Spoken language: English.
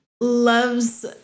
loves